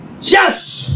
Yes